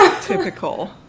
Typical